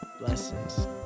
Blessings